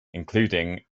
including